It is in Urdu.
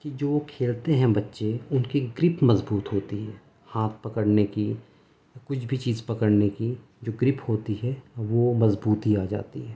کہ جو وہ کھیلتے ہیں بچے ان کی گرپ مضبوط ہوتی ہے ہاتھ پکڑنے کی کچھ بھی چیز پکڑنے کی جو گرپ ہوتی ہے وہ مضبوطی آ جاتی ہیں